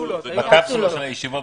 בקפסולות של הישיבות.